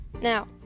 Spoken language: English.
Now